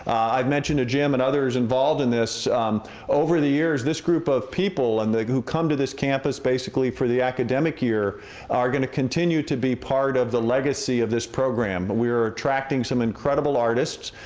i've mentioned to jim and others involved in this over the years this group of people and who come to this campus basically for the academic year are gonna continue to be part of the legacy of this program. we're attracting some incredible artists.